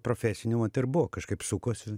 profesiniu vat ir buvo kažkaip sukosi